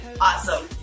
awesome